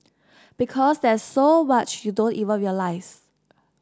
because there's so much you don't even realise